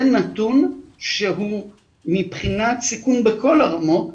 זה נתון שהוא מבחינת סיכון בכל הרמות,